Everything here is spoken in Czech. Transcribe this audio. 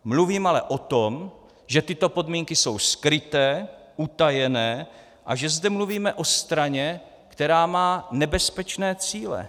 Mluvím ale o tom, že tyto podmínky jsou skryté, utajené a že zde mluvíme o straně, která má nebezpečné cíle.